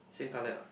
same colour ah